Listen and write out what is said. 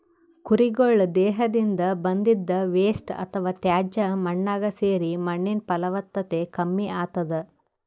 ಕುರಿಗಳ್ ದೇಹದಿಂದ್ ಬಂದಿದ್ದ್ ವೇಸ್ಟ್ ಅಥವಾ ತ್ಯಾಜ್ಯ ಮಣ್ಣಾಗ್ ಸೇರಿ ಮಣ್ಣಿನ್ ಫಲವತ್ತತೆ ಕಮ್ಮಿ ಆತದ್